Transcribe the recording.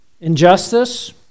Injustice